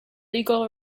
legal